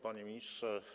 Panie Ministrze!